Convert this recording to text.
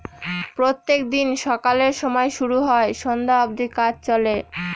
প্রত্যেক দিন সকালের সময় শুরু হয় সন্ধ্যা অব্দি কাজ চলে